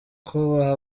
kubaha